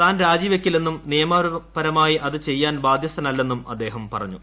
താൻ രാജി വയ്ക്കില്ലെന്നും നിയമപരമായി അത് ചെയ്യാൻ ബാദ്ധ്യസ്ഥനല്ലെന്നും അദ്ദേഹം പറഞ്ഞു